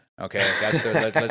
Okay